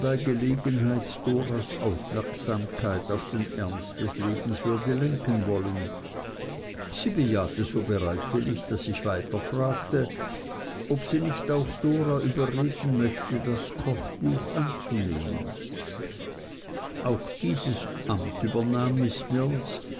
gelegenheit doras aufmerksamkeit auf den ernst des lebens würde lenken wollen sie bejahte so bereitwillig daß ich weiter fragte ob sie nicht auch dora überreden möchte das kochbuch anzunehmen auch dieses amt übernahm miß mills